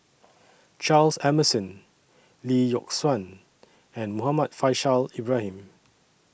Charles Emmerson Lee Yock Suan and Muhammad Faishal Ibrahim